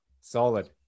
Solid